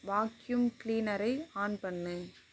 vacuum கிளீனரை on பண்ணு